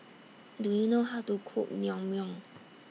Do YOU know How to Cook Naengmyeon